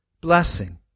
blessing